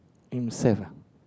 himself